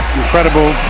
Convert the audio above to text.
incredible